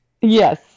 Yes